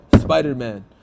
Spider-Man